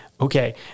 okay